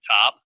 top